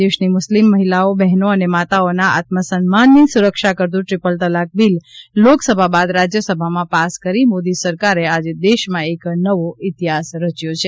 દેશની મુસ્લિમ મહિલાઓ બહેનો અને માતાઓના આત્મસન્માનની સુરક્ષા કરતુ ટ્રિપલ તલ્લાક બીલ લોકસભા બાદ રાજ્યસભામાં પાસ કરી મોદી સરકારે આજે દેશમાં એક નવો ઇતિહાસ રચ્યો છે